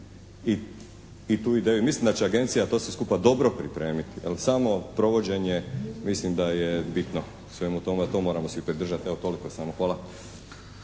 Mislim da će Agencija to sve skupa dobro pripremiti. Jer samo provođenje mislim da je bitno u svemu tome, a to moramo svi podržati. Evo toliko samo. Hvala.